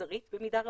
על-מגזרית במידה רבה,